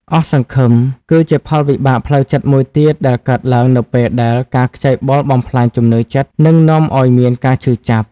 អស់សង្ឃឹម គឺជាផលវិបាកផ្លូវចិត្តមួយទៀត ដែលកើតឡើងនៅពេលដែលការខ្ចីបុលបំផ្លាញជំនឿចិត្ត និងនាំឲ្យមានការឈឺចាប់។